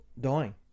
dying